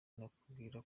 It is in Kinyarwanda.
nakubwira